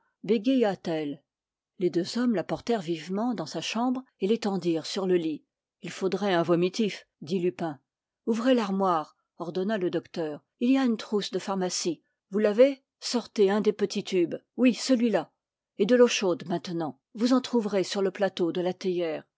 bégaya t elle les deux hommes la portèrent vivement dans sa chambre et l'étendirent sur le lit il faudrait un vomitif dit lupin ouvrez l'armoire ordonna le docteur il y a une trousse de pharmacie vous l'avez sortez un des petits tubes oui celui-là et de l'eau chaude maintenant vous en trouverez sur le plateau de la